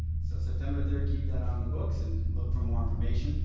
so september third keep that on the books and look for more information.